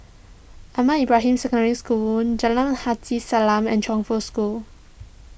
Ahmad Ibrahim Secondary School Jalan Haji Salam and Chongfu School